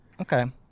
Okay